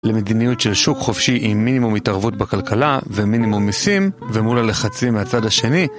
למדיניות של שוק חופשי עם מינימום התערבות בכלכלה ומינימום ניסים ומול הלחצים מהצד השני